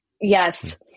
Yes